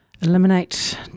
eliminate